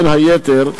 בין היתר,